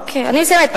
אוקיי, אני מסיימת.